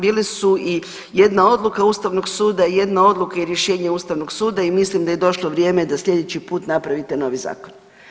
Bile su i jedna odluka Ustavnog suda i jedna odluka i rješenje Ustavnog suda i mislim da je došlo vrijeme da sljedeći put napravite novi zakon.